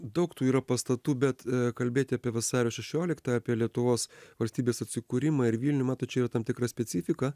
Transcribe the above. daug tų yra pastatų bet kalbėti apie vasario šešioliktąją apie lietuvos valstybės atsikūrimą ir vilnių matot čia yra tam tikra specifika